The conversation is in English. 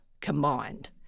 combined